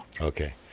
Okay